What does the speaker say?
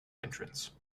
entrance